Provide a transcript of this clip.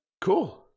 Cool